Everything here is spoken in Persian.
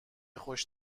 خوش